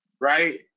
Right